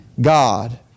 God